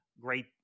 great